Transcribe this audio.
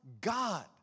God